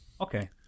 okay